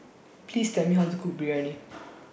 Please Tell Me How to Cook Biryani